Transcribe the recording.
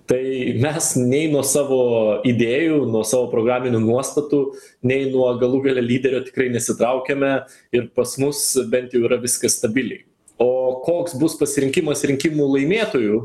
tai mes nei nuo savo idėjų nuo savo programinių nuostatų nei nuo galų gale lyderio tikrai nesitraukiame ir pas mus bent jau yra viskas stabiliai o koks bus pasirinkimas rinkimų laimėtojų